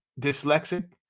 dyslexic